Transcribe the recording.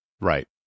Right